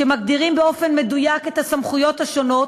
שמגדירים במדויק את הסמכויות השונות,